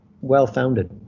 well-founded